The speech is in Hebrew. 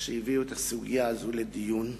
שהביאו את הסוגיה הזו לדיון,